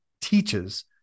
teaches